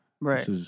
Right